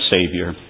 Savior